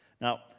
Now